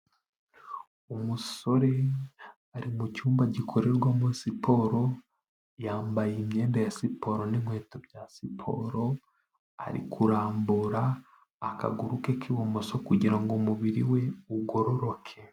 Umusore ari mu cyumba gikorerwamo siporo, yambaye imyenda ya siporo n'inkweto bya siporo, ari kurambura akaguru ke k'ibumoso, kugira umubiri we ugororoke.